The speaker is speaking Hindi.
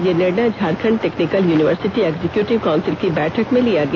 यह निर्णय Jharkhand technical university executive council की बैठक में लिया गया